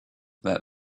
that